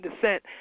descent